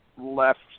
left